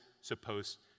supposed